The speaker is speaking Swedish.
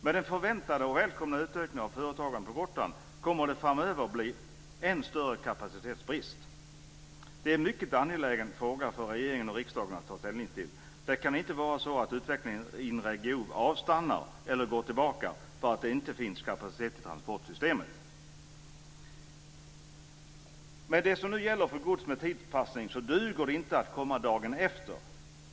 Med den förväntade och välkomna utökning av företagandet på Gotland kommer det framöver att bli än större kapacitetsbrist. Det är en mycket angelägen fråga för regeringen och riksdagen att ta ställning till. Det kan inte vara så att utvecklingen i en region avstannar eller går tillbaka för att det inte finns kapacitet i transportsystemet. Med det som nu gäller för gods med tidspassning duger det inte att komma dagen efter.